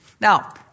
Now